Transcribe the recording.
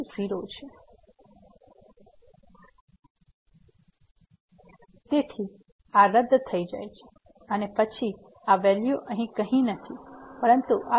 તો આ 1 છે અને જે f ની બરાબર છે